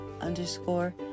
underscore